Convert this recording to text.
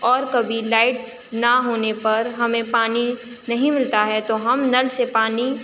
اور کبھی لائٹ نہ ہونے پر ہمیں پانی نہیں ملتا ہے تو ہم نل سے پانی